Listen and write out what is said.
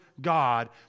God